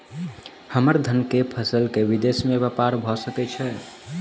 हम्मर धान केँ फसल केँ विदेश मे ब्यपार भऽ सकै छै?